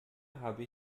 habe